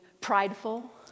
prideful